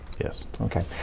yes. okay,